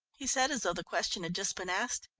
he said, as though the question had just been asked.